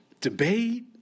debate